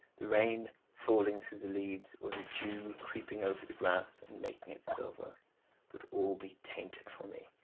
the rain falling through the leaves, or the dew creeping over the grass and making it silver would all be tainted for me,